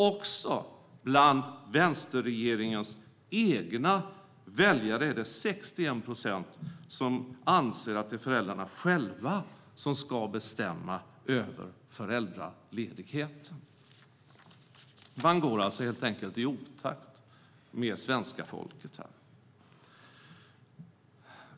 Också bland vänsterregeringens egna väljare är det 61 procent som anser att det är föräldrarna själva som ska bestämma över föräldraledigheten. Man går alltså här i otakt med svenska folket.